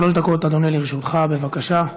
שלוש דקות, אדוני, לרשותך, בבקשה.